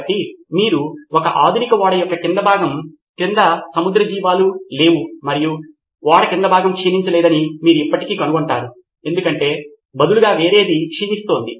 కాబట్టి మీరు ఒక ఆధునిక ఓడ యొక్క క్రింద భాగం క్రింద సముద్ర జీవాలు లేవు మరియు ఓడ క్రింద భాగం క్షీణించలేదని మీరు ఇప్పటికీ కనుగొంటారు ఎందుకంటే బదులుగా వేరేది క్షీణిస్తుంది